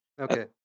Okay